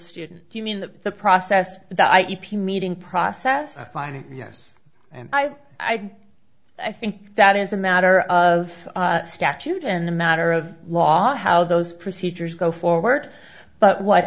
student do you mean that the process that i e p meeting process finding yes and i i i think that is a matter of statute and a matter of law how those procedures go forward but what